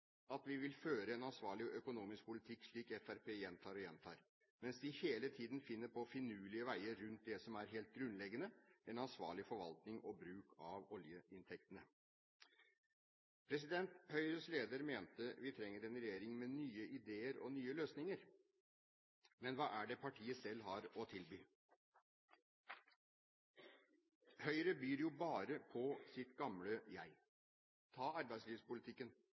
at vi vil føre en ansvarlig økonomisk politikk, slik Fremskrittspartiet gjentar og gjentar, mens de hele tiden finner på finurlige veier rundt det som er helt grunnleggende: en ansvarlig forvaltning og bruk av oljeinntektene. Høyres leder mente vi trenger en regjering med nye ideer og nye løsninger. Men hva er det partiet selv har å tilby? Høyre byr jo bare på sitt gamle jeg. Ta arbeidslivspolitikken,